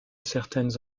certaines